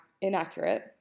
inaccurate